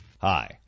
Hi